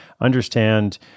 understand